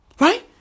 Right